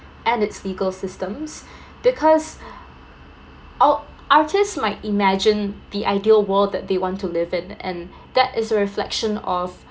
and it's legal systems because art~ artist might imagine the ideal world that they want to live in and that is a reflection of